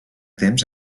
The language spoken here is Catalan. temps